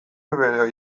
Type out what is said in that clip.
bere